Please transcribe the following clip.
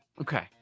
Okay